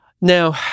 Now